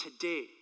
today